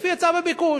לפי היצע וביקוש.